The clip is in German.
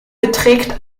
beträgt